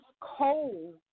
cold